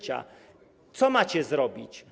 Co macie zrobić?